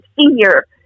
senior